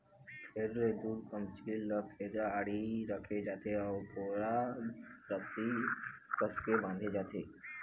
फेर ले दू कमचील ल फेर आड़ी रखे जाथे अउ बोरा रस्सी ले कसके बांधे जाथे